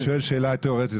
אני שואל שאלה תיאורטית,